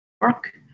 work